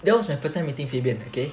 that is my first time meeting fabian okay